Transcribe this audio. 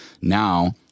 Now